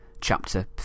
Chapter